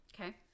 Okay